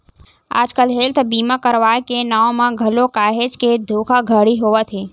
आजकल हेल्थ बीमा करवाय के नांव म घलो काहेच के धोखाघड़ी होवत हे